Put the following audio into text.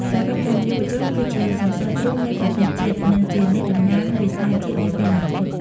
សរុបមក យុវជនគឺជាសសរទ្រូងនៃប្រទេសជាតិ និងជាអ្នកកំណត់វាសនាជាតិនាពេលអនាគត។